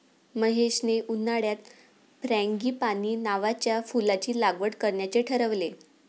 महेशने उन्हाळ्यात फ्रँगीपानी नावाच्या फुलाची लागवड करण्याचे ठरवले